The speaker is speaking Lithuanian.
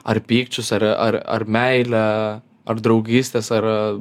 ar pykčius ar ar ar meilę ar draugystes ar